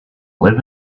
live